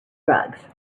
drugs